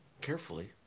carefully